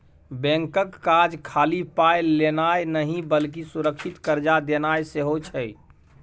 बैंकक काज खाली पाय लेनाय नहि बल्कि सुरक्षित कर्जा देनाय सेहो छै